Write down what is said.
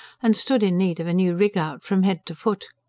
and stood in need of a new rig-out from head to foot.